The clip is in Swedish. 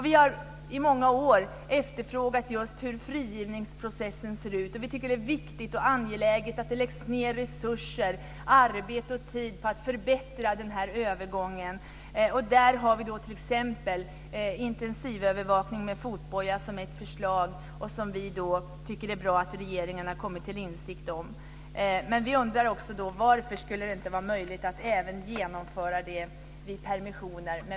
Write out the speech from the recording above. Vi har i många år talat just om hur frigivningsprocessen ser ut. Vi tycker att det är viktigt och angeläget att det läggs ned resurser, arbete och tid, på att förbättra den här övergången. Där har vi t.ex. intensivövervakning med fotboja som ett förslag som vi tycker att det är bra att regeringen har kommit till insikt om. Men vi undrar också: Varför skulle det inte vara möjligt att även genomföra det vid permissioner?